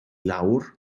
lawr